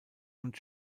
und